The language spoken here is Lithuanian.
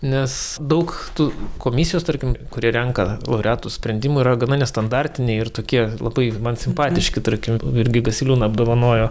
nes daug tų komisijos tarkim kuri renka laureatus sprendimų yra gana nestandartiniai ir tokie labai man simpatiški tarkim virgį gasiliūną apdovanojo